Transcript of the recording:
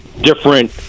different